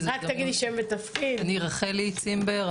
אני רחלי צימבר,